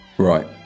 right